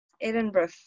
Edinburgh